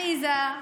עליזה.